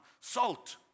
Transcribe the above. Salt